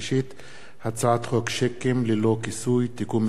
הצעת חוק שיקים ללא כיסוי (תיקון מס' 9),